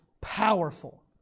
powerful